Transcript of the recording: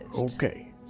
Okay